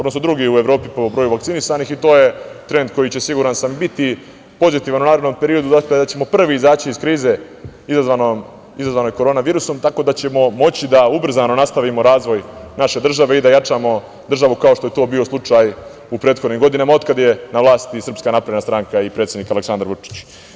Drugi smo u Evropi po broju vakcinisanih i to je trend koji će, siguran sam, biti pozitivan u narednom periodu, da ćemo prvi izaći iz krize izazvanoj korona virusom, tako da ćemo moći da ubrzano nastavimo razvoj naše države i da jačamo državu kao što je to bio slučaju u prethodnim godinama od kada je na vlasti SNS i predsednik Aleksandar Vučić.